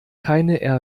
keine